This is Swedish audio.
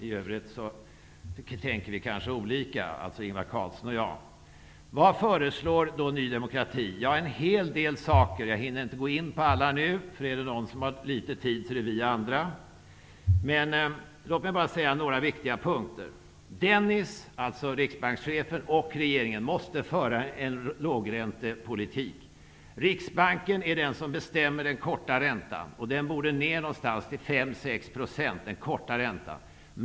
I övrigt tänker kanske Ingvar Carlsson och jag olika. Vad föreslår då Ny demokrati? Ja, en hel del saker. Jag hinner inte gå in på alla nu. Är det några som har litet tid på sig är det vi andra. Men låt mig ta upp några viktiga punkter. Riksbankschefen Bengt Dennis och regeringen måste föra en lågräntepolitik. Riksbanken bestämmer den korta räntan, vilken borde komma ner till 5--6 %.